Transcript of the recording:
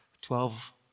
Twelve